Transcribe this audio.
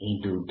dl